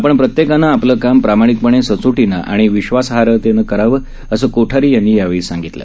आपण प्रत्येकानं आपलं काम प्रामाणिकपणे सचोटीनं आणि विश्वासार्हतेनं करावं असं कोठारी यांनी यावेळी बोलताना सांगितलं